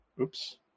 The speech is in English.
Oops